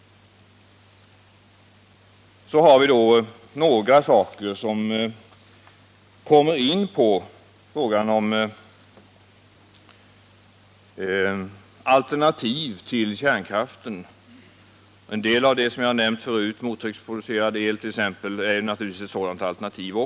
Så har vi de omedelbara alternativen till kärnkraften. 8. Mottrycksproducerad el, som jag tidigare har nämnt, är naturligtvis ett sådant alternativ. 9.